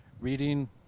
reading